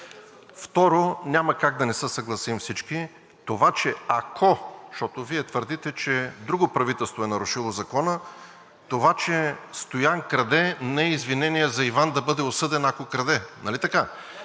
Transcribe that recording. Второ, няма как да не се съгласим всички, защото Вие твърдите, че друго правителство е нарушило закона, това, че Стоян краде, не е извинение за Иван да бъде осъден, ако краде. Нали така?